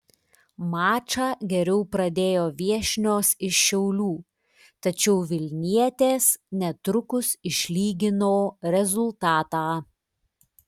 mačą geriau pradėjo viešnios iš šiaulių tačiau vilnietės netrukus išlygino rezultatą